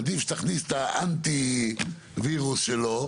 עדיף שתכניס את האנטי וירוס שלו,